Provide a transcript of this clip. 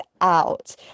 out